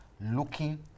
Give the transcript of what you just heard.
looking